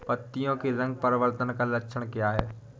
पत्तियों के रंग परिवर्तन का लक्षण क्या है?